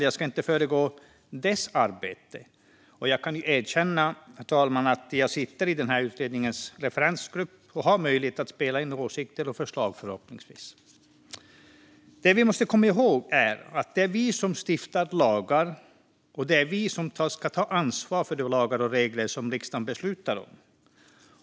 Jag ska inte föregå utredningens arbete, men jag kan erkänna, herr talman, att jag sitter i utredningens referensgrupp och förhoppningsvis har möjlighet att spela in åsikter och förslag. Det vi måste komma ihåg är att det är vi som stiftar lagar, och det är vi som ska ta ansvar för de lagar och regler som riksdagen beslutar om.